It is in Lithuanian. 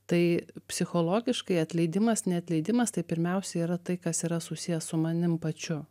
tai psichologiškai atleidimas neatleidimas tai pirmiausia yra tai kas yra susiję su manim pačiu